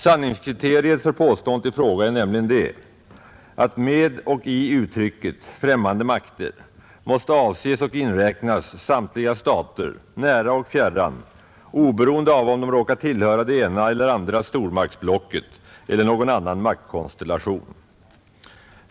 Sanningskriteriet för påståendet i fråga är nämligen det, att med och i uttrycket ”främmande makter” måste avses och inräknas samtliga stater, nära och fjärran, oberoende av om de råkar tillhöra det ena eller andra stormaktsblocket eller någon annan maktkonstellation.